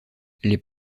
les